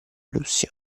russia